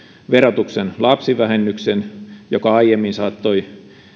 verotuksen lapsivähennyksen joka aiemmin saattoi